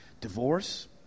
Divorce